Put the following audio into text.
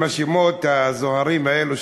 עם השמות הזוהרים האלה,